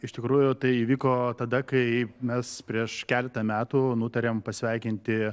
iš tikrųjų tai įvyko tada kai mes prieš keletą metų nutarėm pasveikinti